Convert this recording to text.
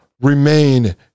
remain